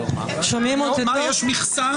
יש מכסה?